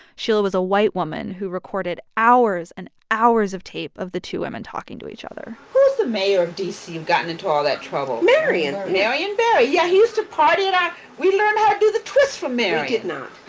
sheila was a white woman who recorded hours and hours of tape of the two women talking to each other who's the mayor of d c. you've gotten into all that trouble? marion marion barry. yeah, he used to party at our we learned how to do the twist from marion we did not